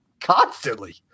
constantly